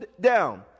down